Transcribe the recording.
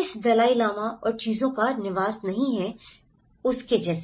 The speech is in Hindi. इस दलाई लामा और चीजों का निवास नहीं है उसके जैसा